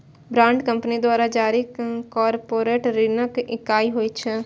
bond company द्वारा जारी corporate ऋणक इकाइ होइ छै